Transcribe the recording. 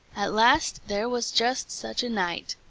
at last there was just such a night.